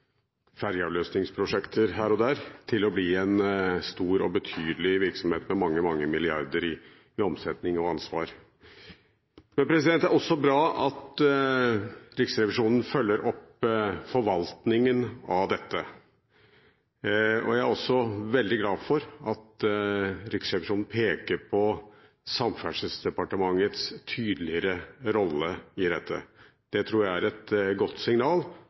fergeavløsningsprosjekter her og der – til å bli en stor og betydelig virksomhet med mange, mange milliarder kroner i omsetning og ansvar. Det er også bra at Riksrevisjonen følger opp forvaltningen av dette, og jeg er også veldig glad for at Riksrevisjonen peker på Samferdselsdepartementets tydeligere rolle i dette. Det tror jeg er et godt signal,